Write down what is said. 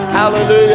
hallelujah